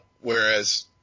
whereas